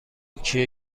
کیه